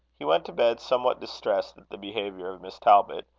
he went to bed, somewhat distressed at the behaviour of miss talbot,